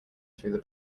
through